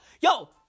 yo